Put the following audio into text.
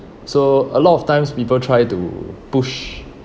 so a lot of times people try to push